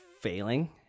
failing